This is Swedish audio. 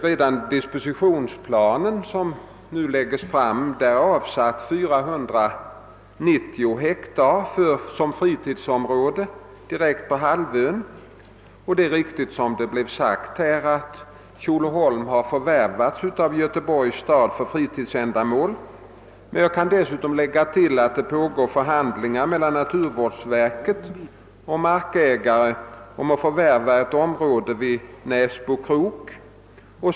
Redan i den dispositionsplan som nu läggs fram är avsatt 490 hektar som fritidsområde direkt på halvön. Det är riktigt som här sagts att Tjolöholm har förvärvats av Göteborgs stad för fritidsändamål. Jag kan tillägga att det också pågår förhandlingar mellan naturvårdsverket och markägare om att förvärva ett område i Näsbokrok.